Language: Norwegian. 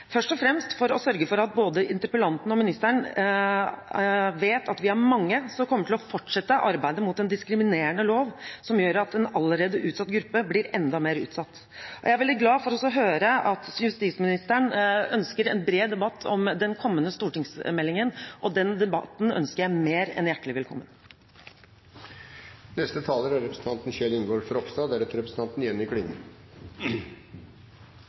først og fremst for å sørge for at både interpellanten og ministeren vet at vi er mange som kommer til å fortsette arbeidet mot en diskriminerende lov som gjør at en allerede utsatt gruppe blir enda mer utsatt. Jeg er veldig glad for å høre at justisministeren ønsker en bred debatt om den kommende stortingsmeldingen. Den debatten ønsker jeg mer enn hjertelig velkommen. Først vil jeg takke interpellanten for å ta opp en viktig problemstilling. Jeg er